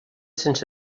sense